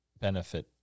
benefit